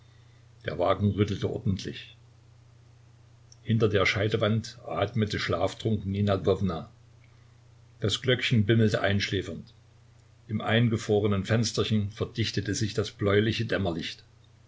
der wagen rüttelte ordentlich hinter der scheidewand atmete schlaftrunken nina ljwowna das glöckchen bimmelte einschläfernd im eingefrorenen fensterchen verdichtete sich das bläuliche dämmerlicht